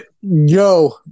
Yo